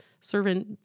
servant